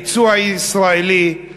הייצוא הישראלי,